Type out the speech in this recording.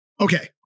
Okay